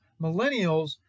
millennials